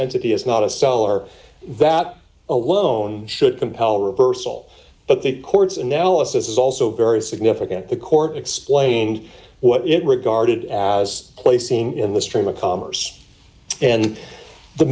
entity is not a seller that alone should compel reversal but the court's analysis is also very significant the court explained what it regarded as placing in the stream of commerce and the